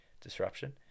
disruption